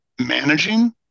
managing